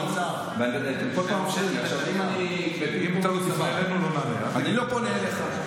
לא, הקמפיין, ב-2013 לא הייתה לך זכות הצבעה בכלל.